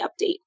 update